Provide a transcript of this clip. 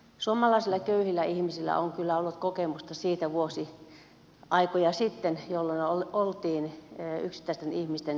suomalaisilla köyhillä ihmisillä on kyllä ollut kokemusta vuosiaikoja sitten siitä että oltiin yksittäisten ihmisten hyväntahtoisuuden varassa